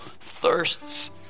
thirsts